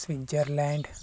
Switzerland